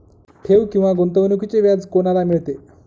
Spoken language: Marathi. ठेव किंवा गुंतवणूकीचे व्याज कोणाला मिळते?